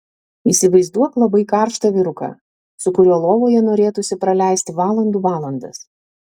įsivaizduok labai karštą vyruką su kuriuo lovoje norėtųsi praleisti valandų valandas